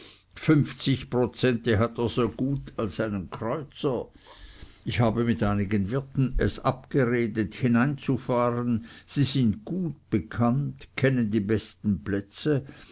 fünfzig prozente hat er so gut als einen kreuzer ich habe mit einigen wirten es abgeredet hineinzufahren sie sind gut bekannt kennen die besten plätze